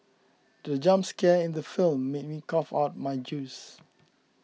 the jump scare in the film made me cough out my juice